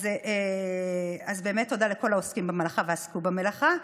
אז באמת תודה לכל מי שעוסקים במלאכה ועסקו במלאכה.